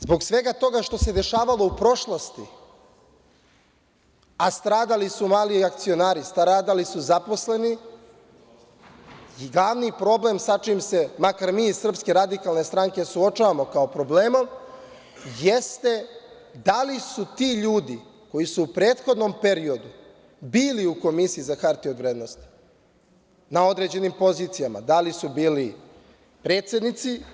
Zbog svega toga što se dešavalo u prošlosti, a stradali su mali i akcionari, stradali su zaposleni i javni problem sa čim se, makar mi iz SRS, suočavamo kao problemom jeste da li su ti ljudi, koji su u prethodnom periodu bili u Komisiji za hartije od vrednosti, bili na određenim pozicijama, da li su bili predsednici?